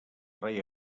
rei